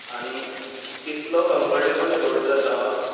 आनी इतलो comfortable float जाता